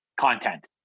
content